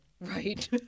right